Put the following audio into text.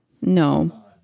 No